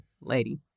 lady